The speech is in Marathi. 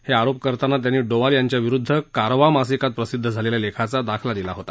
हे आरोप करताना त्यांनी डोवाल यांच्या विरुद्ध कारवा मासिकात प्रसिद्ध झालेल्या लेखाचा दाखला दिला होता